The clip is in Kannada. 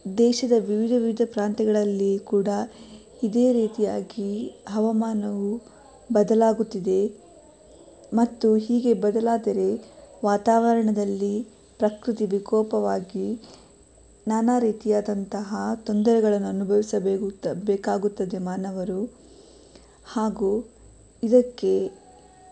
ದೇಶದ ವಿವಿಧ ವಿವಿಧ ಪ್ರಾಂತ್ಯಗಳಲ್ಲಿ ಕೂಡ ಇದೇ ರೀತಿಯಾಗಿ ಹವಾಮಾನವು ಬದಲಾಗುತ್ತಿದೆ ಮತ್ತು ಹೀಗೆ ಬದಲಾದರೆ ವಾತಾವರಣದಲ್ಲಿ ಪ್ರಕೃತಿ ವಿಕೋಪವಾಗಿ ನಾನಾ ರೀತಿಯಾದಂತಹ ತೊಂದರೆಗಳನ್ನು ಅನುಭವಿಸಬೇಕು ತ ಬೇಕಾಗುತ್ತದೆ ಮಾನವರು ಹಾಗೂ ಇದಕ್ಕೆ